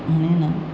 अनेन